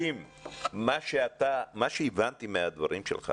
לכן אנחנו כן רוצים לישר קו עד שנת תשפ"ב שהיא שנת הלימודים הבאה.